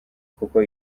kuko